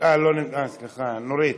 אה, סליחה, נורית.